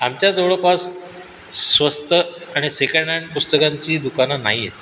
आमच्या जवळपास स्वस्त आणि सेकंड हँड पुस्तकांची दुकानं नाही आहेत